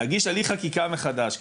להגיש הליך חקיקה מחדש כאילו.